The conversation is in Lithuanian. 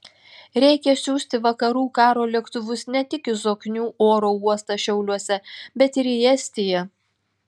reikia siųsti vakarų karo lėktuvus ne tik į zoknių oro uostą šiauliuose bet ir į estiją